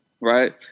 right